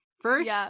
first